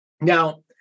Now